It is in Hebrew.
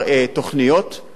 וביניהן,